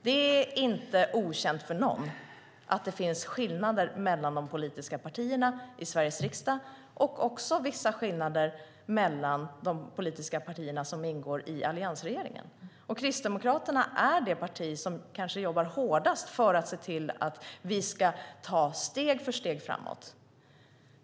Det är inte okänt för någon att det finns skillnader mellan de politiska partierna i Sveriges riksdag och också vissa skillnader mellan de politiska partierna som ingår i alliansregeringen. Kristdemokraterna är det parti som kanske jobbar hårdast för att se till att vi ska ta steg för steg framåt.